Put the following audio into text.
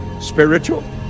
spiritual